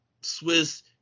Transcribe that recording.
Swiss